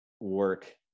work